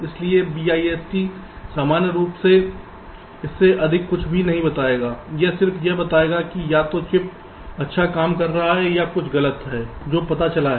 इसलिए BIST सामान्य रूप से इससे अधिक कुछ भी नहीं बताएगा यह सिर्फ यह बताएगा कि या तो चिप अच्छा काम कर रहा है या कुछ गलत है जो पता चला है